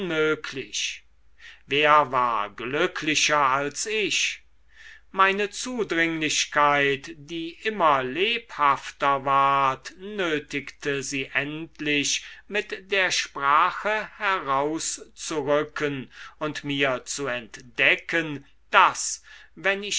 wer war glücklicher als ich meine zudringlichkeit die immer lebhafter ward nötigte sie endlich mit der sprache herauszurücken und mir zu entdecken daß wenn ich